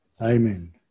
Amen